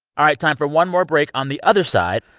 all right, time for one more break. on the other side,